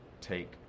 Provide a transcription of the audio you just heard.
take